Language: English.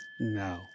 No